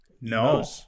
no